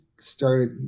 started